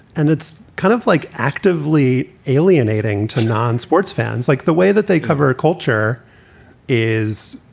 and it's kind of like actively alienating to non-sports fans. like the way that they cover a culture is,